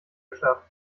geschafft